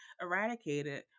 eradicated